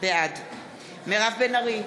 בעד מירב בן ארי,